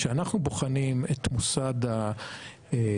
כשאנחנו בוחנים את מוסד הקובלנה,